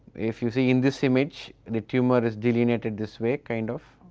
if you see in this image, the tumour is delineated this way, kind of,